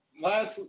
last